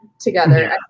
together